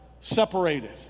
separated